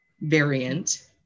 variant